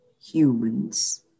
humans